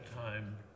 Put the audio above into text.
time